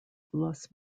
los